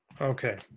Okay